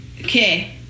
Okay